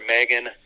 Megan